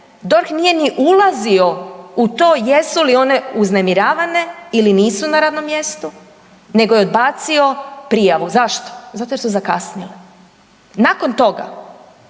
DORH nije ni ulazio u to jesu li one uznemiravane ili nisu na radnom mjestu nego je odbacio prijavu. Zašto? Zato jer su zakasnile. Nakon toga,